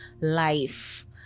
life